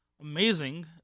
amazing